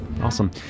awesome